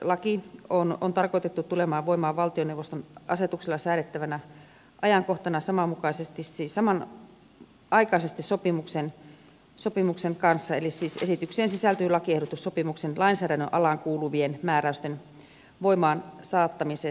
laki on tarkoitettu tulemaan voimaan valtioneuvoston asetuksella säädettävänä ajankohtana samanaikaisesti sopimuksen kanssa eli siis esitykseen sisältyy lakiehdotus sopimuksen lainsäädännön alaan kuuluvien määräysten voimaansaattamisesta